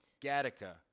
Gattaca